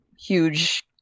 huge